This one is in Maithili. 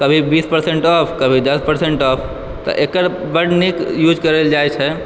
कभी बीस परसेन्ट ऑफ कभी दस परसेन्ट ऑफ तऽ एकर नीक यूज करल जाइ छै